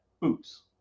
boots